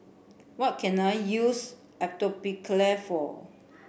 what can I use Atopiclair for